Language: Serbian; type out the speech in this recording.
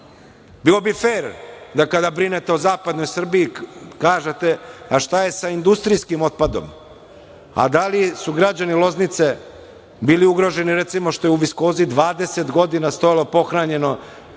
Bilo bi fer kada brinete o zapadnoj Srbiji kažete – šta je sa industrijskim otpadom, da li su građani Loznice bili ugroženi što je, recimo, u „Viskozi“ 20 godina stajalo pohranjeno